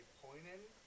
pointing